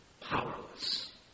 powerless